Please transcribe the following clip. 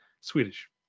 Swedish